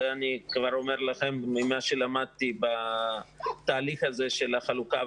זה אני כבר אומר לכם ממה שלמדתי בתהליך של החלוקה.